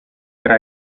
tra